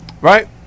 Right